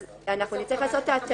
אז אנחנו נצטרך לעשות את ההתאמה.